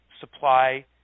supply